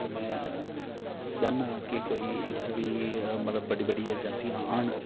ते में चाह्न्नां कि कोई इत्थै बी मतलब बड्डियां बड्डियां अजैंसियां औन